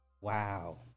Wow